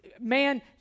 man